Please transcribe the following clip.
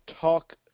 talk